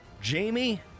Jamie